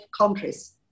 countries